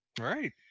Right